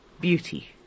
beauty